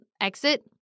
exit